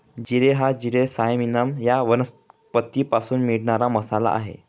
जिरे हा जिरे सायमिनम या वनस्पतीपासून मिळणारा मसाला आहे